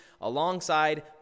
alongside